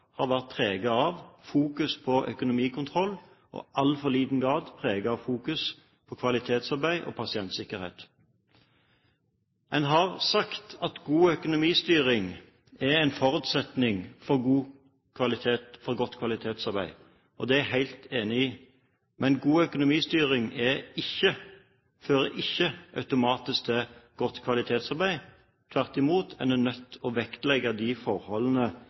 har vært preget av å ha fokus på økonomikontroll og i altfor liten grad av å ha fokus på kvalitetsarbeid og pasientsikkerhet. Man har sagt at god økonomistyring er en forutsetning for godt kvalitetsarbeid, og det er jeg helt enig i. Men god økonomistyring fører ikke automatisk til godt kvalitetsarbeid, tvert imot. Man er nødt til å vektlegge de forholdene